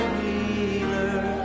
healer